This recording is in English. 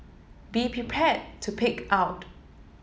be prepared to pig out